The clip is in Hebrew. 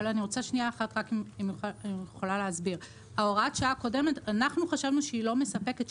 אנחנו חשבנו שהוראת השעה הקודמת לא מספקת,